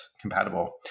compatible